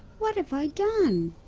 what have i done?